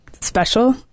special